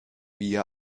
via